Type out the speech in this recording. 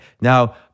Now